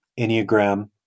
Enneagram